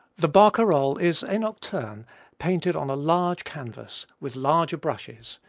the barcarolle is a nocturne painted on a large canvas, with larger brushes.